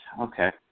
Okay